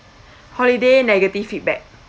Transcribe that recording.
holiday negative feedback